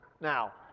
now